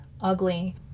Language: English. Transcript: ugly